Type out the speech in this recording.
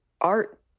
art